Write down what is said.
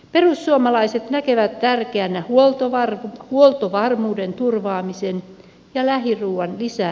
perussuomalaiset näkevät tärkeänä huoltovarmuuden turvaamisen ja lähiruuan lisäämisen mahdollisuuden